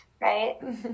Right